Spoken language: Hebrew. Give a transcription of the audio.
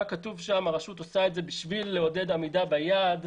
היה כתוב שהרשות עושה את זה כדי לעודד עמידה ביעד.